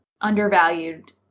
undervalued